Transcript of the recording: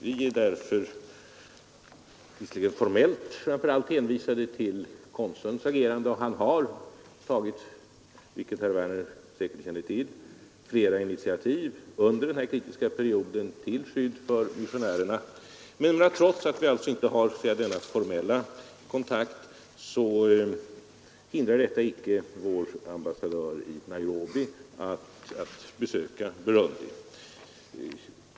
Vi är därför framför allt men inte uteslutande hänvisade till konsulns agerande, och han har som herr Werner säkerligen känner till tagit flera initiativ under denna kritiska period till skydd för missionärerna. Trots att vi ännu inte har diplomatiska förbindelser hindrar detta inte vår ambassadör i Nairobi att besöka Burundi.